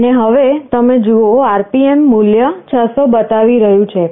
અને હવે તમે જુઓ RPM મૂલ્ય 600 બતાવી રહ્યું છે